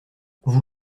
vous